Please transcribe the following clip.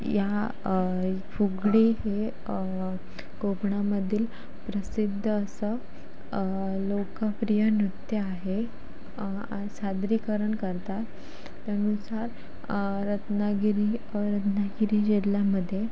ह्या फुगडी हे कोकणामधील प्रसिद्ध असं लोकप्रिय नृत्य आहे सादरीकरण करतात त्यानुसार रत्नागिरी रत्नागिरी जिल्ह्यामध्ये